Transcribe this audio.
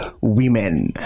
women